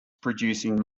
producing